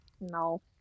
No